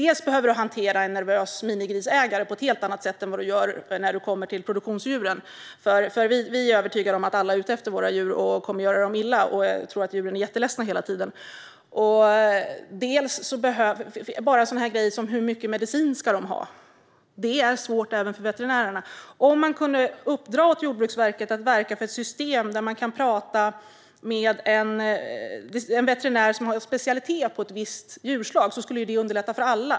Man behöver hantera en nervös minigrisägare på ett helt annat sätt än vad som är fallet när man kommer till produktionsdjuren. Vi är övertygade om att alla är ute efter våra djur och kommer att göra dem illa, och vi tror att djuren är jätteledsna hela tiden. Dessutom är en sådan här grej som hur mycket medicin de ska ha svår även för veterinärerna. Om man kunde uppdra åt Jordbruksverket att verka för ett system där man kan prata med en veterinär som är specialiserad på ett visst djurslag skulle det underlätta för alla.